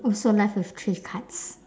also left with three cards